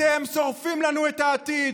אתם שורפים לנו את העתיד.